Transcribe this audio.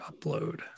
upload